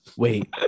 Wait